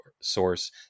source